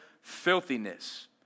filthiness